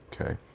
Okay